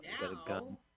now